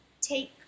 take